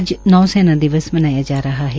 आज नौसेना दिवस मनाया जा रहा है